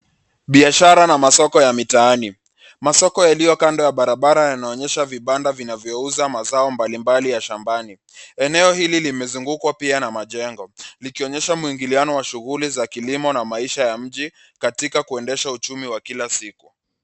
Biashara na masoko ya mitaani. Masooko yaliyo kando ya barabara yanaonyesha vibanda vinavyo uza mazao mbalimbali ya shambani. Eneo hili limezungukwa pia na majengo ,likionyesha muingiliano wa shughuli za kilimo na maisha ya mjii katika kuendesha uchumi wa kila siku.